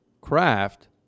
craft